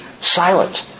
silent